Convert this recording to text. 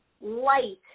light